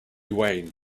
wayne